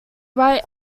right